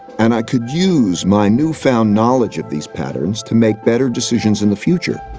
and i could use my newfound knowledge of these patterns to make better decisions in the future.